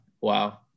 Wow